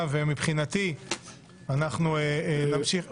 ומבחינתי נמשיך.